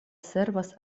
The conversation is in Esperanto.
servas